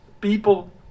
people